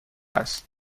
است